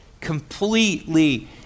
completely